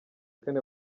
kane